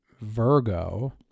Virgo